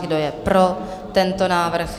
Kdo je pro tento návrh?